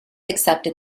accepted